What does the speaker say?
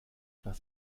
das